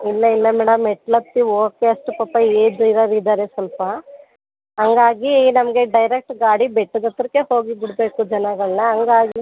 ಇಲ್ಲ ಇಲ್ಲ ಮೇಡಮ್ ಮೆಟ್ಲು ಹತ್ತಿ ಹೋಗೊಕೆ ಅಷ್ಟು ಪಾಪ ಏಜ್ ಇರೋರು ಇದ್ದಾರೆ ಸ್ವಲ್ಪ ಹಾಗಾಗಿ ನಮಗೆ ಡೈರೆಕ್ಟ್ ಗಾಡಿ ಬೆಟ್ಟದ ಹತ್ರಕ್ಕೆ ಹೋಗಿ ಬಿಡಬೇಕು ಜನಗಳನ್ನು ಹಾಗಾಗಿ